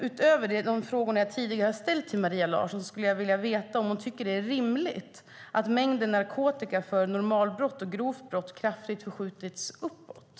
Utöver de frågor som jag tidigare har ställt till Maria Larsson skulle jag vilja fråga om hon tycker att det är rimligt att mängden narkotika för normalbrott och grovt brott kraftigt förskjutits uppåt.